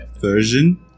version